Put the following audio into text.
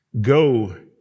Go